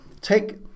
take